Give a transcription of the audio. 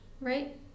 right